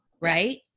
Right